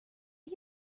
are